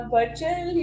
Virtual